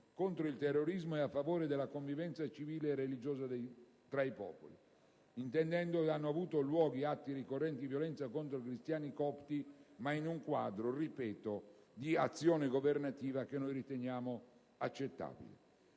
«contro il terrorismo e a favore della convivenza civile e religiosa tra i popoli», intendendo che «hanno avuto luogo atti ricorrenti di violenza contro cristiani copti», ma in un quadro - ripeto - di azione governativa che noi riteniamo accettabile.